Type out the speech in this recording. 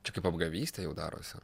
čia kaip apgavystė jau darosi